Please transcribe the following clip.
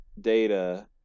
data